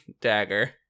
dagger